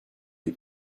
les